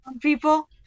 people